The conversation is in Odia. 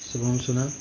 ଶୁଭମ୍ ସୁନା